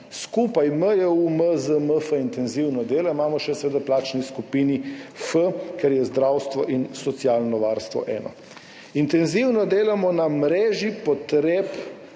Skupaj MJU, MZ, MF intenzivno delajo, imamo še seveda plačno skupino F, ker je zdravstvo in socialno varstvo eno. Intenzivno delamo na mreži potreb